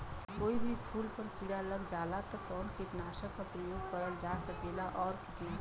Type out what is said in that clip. कोई भी फूल पर कीड़ा लग जाला त कवन कीटनाशक क प्रयोग करल जा सकेला और कितना?